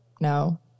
no